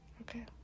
Okay